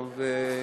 טוב.